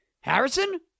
Harrison